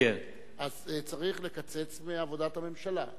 אז צריך לקצץ מעבודת הממשלה.